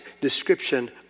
description